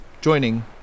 Joining